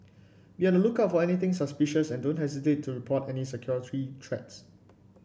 be on the lookout for anything suspicious and don't hesitate to report any security threats